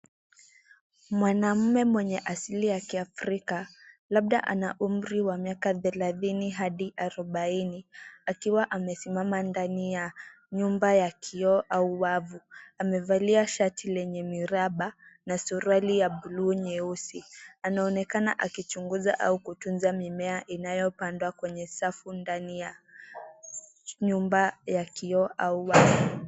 Mwanaume mwenye asili ya kiafrika labda ana umrii wa miaka thelathini au arubaini akiwa amesimama ndani ya nyumba ya kioo au wavuamevalia shati lenye miraba na suruali bluu nyeusi anaoonekana akichunguza au kutunza mimmea inayopandwa kwenye safu ndani ya nyumba ya kioo au wavu.